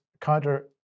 counter